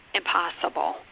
impossible